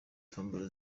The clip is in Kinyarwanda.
tombola